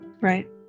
Right